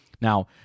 Now